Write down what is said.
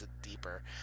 deeper